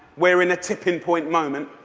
we're in a tipping-point moment.